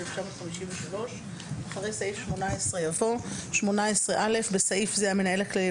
התשי"ג-1953 ,אחרי סעיף 18 יבוא- 18א. (א) בסעיף זה "המנהל הכללי"